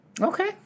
Okay